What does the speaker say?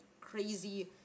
crazy